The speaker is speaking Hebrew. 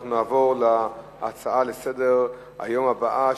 אנחנו נעבור להצעה לסדר-היום הבאה,